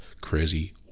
crazy